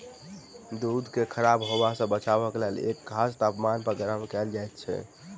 दूध के खराब होयबा सॅ बचयबाक लेल एक खास तापमान पर गर्म कयल जाइत छै